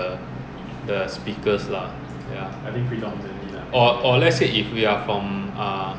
evaluate the normalcy lah of the speakers